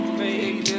baby